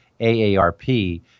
AARP